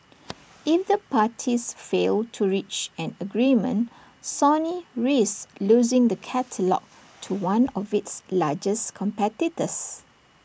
if the parties fail to reach an agreement Sony risks losing the catalogue to one of its largest competitors